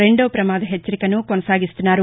రెండో ప్రమాద హెచ్చరికను కొనసాగిస్తున్నారు